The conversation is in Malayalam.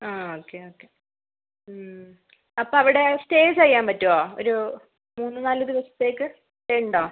ആ ഓക്കെ ഓക്കെ അപ്പോൾ അവിടെ സ്റ്റേ ചെയ്യാൻ പറ്റുമോ ഒരു മൂന്ന് നാല് ദിവസത്തേക്ക് സ്റ്റേയുണ്ടോ